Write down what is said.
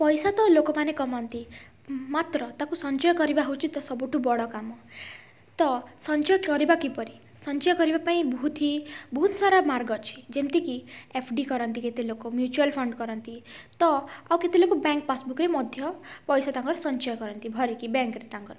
ପଇସା ତ ଲୋକମାନେ କମାନ୍ତି ମାତ୍ର ତାକୁ ସଞ୍ଚୟ କରିବା ହେଉଛି ତ ସବୁଠୁ ବଡ଼ କାମ ତ ସଞ୍ଚୟ କରିବା କିପରି ସଞ୍ଚୟ କରିବା ପାଇଁ ବହୁତ ହି ବହୁତ ସାରା ମାର୍ଗ ଅଛି ଯେମିତି କି ଏଫ୍ ଡ଼ି କରନ୍ତି କେତେ ଲୋକ ମ୍ୟୁଚୁଆଲ୍ ଫଣ୍ଡ୍ କରନ୍ତି ତ ଆଉ କେତେ ଲୋକ ବ୍ୟାଙ୍କ୍ ପାସ୍ବୁକ୍ରେ ମଧ୍ୟ ପଇସା ତାଙ୍କର ସଞ୍ଚୟ କରନ୍ତି ଭରିକି ବ୍ୟାଙ୍କ୍ ରେ ତାଙ୍କର